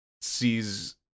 sees